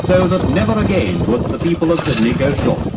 so that never again would the people of sydney go short,